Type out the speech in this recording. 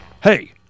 hey